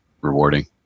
rewarding